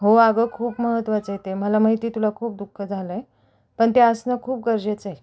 हो अगं खूप महत्त्वाचं आहे ते मला माहिती आहे तुला खूप दुःख झालं आहे पण ते असणं खूप गरजेचं आहे